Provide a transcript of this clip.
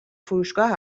فروشگاه